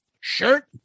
shirt